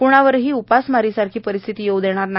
क्णावरही उपासमार सारखी परिस्थिती येऊ देणार नाही